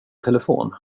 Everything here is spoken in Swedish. telefon